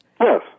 Yes